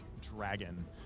dragon